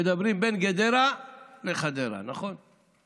אומרים: בין גדרה לחדרה, נכון?